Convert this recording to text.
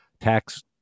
tax